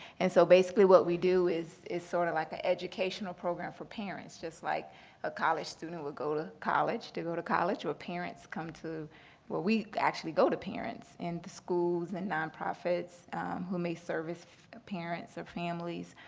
and so basically what we do is is sort of like an ah educational program for parents. just like a college student would go to college, to go to college, well, parents come to well, we actually go to parents in the schools and nonprofits who may service parents or families,